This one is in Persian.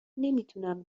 نمیتونم